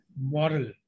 moral